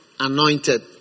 Anointed